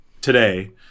today